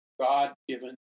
God-given